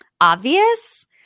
obvious